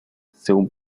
según